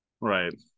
Right